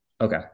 Okay